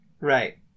Right